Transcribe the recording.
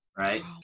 right